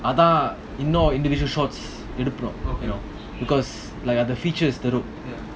அதான்இன்னும்:adhan innum individual shots எடுக்குறோம்:edukurom you know because like ah the features தரும்:tharum